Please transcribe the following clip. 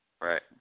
Right